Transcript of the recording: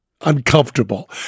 uncomfortable